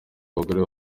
abagore